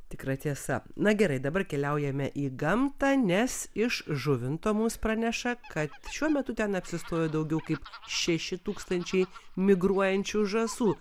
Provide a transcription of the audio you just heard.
tikra tiesa na gerai dabar keliaujame į gamtą nes iš žuvinto mums praneša kad šiuo metu ten apsistojo daugiau kaip šeši tūkstančiai migruojančių žąsų